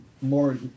more